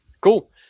Cool